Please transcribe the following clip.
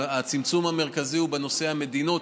הצמצום המרכזי הוא בנושא המדינות.